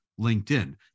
LinkedIn